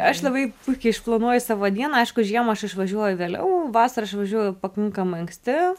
aš labai puikiai planuoju savo dieną aišku žiemą aš išvažiuoju vėliau vasarą išvažiuoju pakankamai anksti